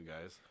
guys